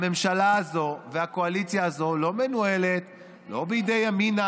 הממשלה הזאת והקואליציה הזאת לא מנוהלת לא בידי ימינה